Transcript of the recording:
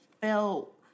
felt